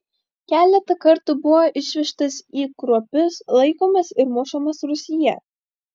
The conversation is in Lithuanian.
keletą kartų buvo išvežtas į kruopius laikomas ir mušamas rūsyje